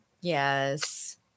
yes